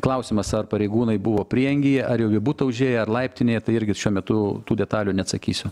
klausimas ar pareigūnai buvo prieangyje ar jau į butą užėję ar laiptinėje tai irgi šiuo metu tų detalių nesakysiu